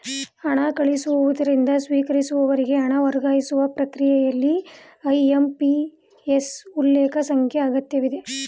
ಹಣ ಕಳಿಸುವವರಿಂದ ಸ್ವೀಕರಿಸುವವರಿಗೆ ಹಣ ವರ್ಗಾಯಿಸುವ ಪ್ರಕ್ರಿಯೆಯಲ್ಲಿ ಐ.ಎಂ.ಪಿ.ಎಸ್ ಉಲ್ಲೇಖ ಸಂಖ್ಯೆ ಅಗತ್ಯವಿದೆ